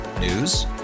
News